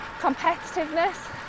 Competitiveness